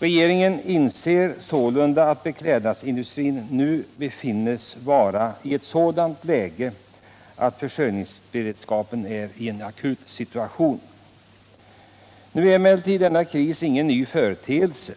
Regeringen inser således att beklädnadsindustrin nu befinner sig i ett sådant läge att försörjningsberedskapen är i en akut kris. Nu är emellertid denna kris ingen ny företeelse.